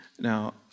Now